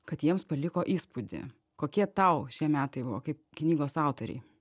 kad jiems paliko įspūdį kokie tau šie metai buvo kaip knygos autorei